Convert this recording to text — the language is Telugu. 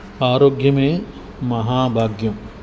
ఆరోగ్యమే మహాభాగ్యం